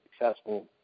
successful